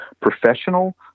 professional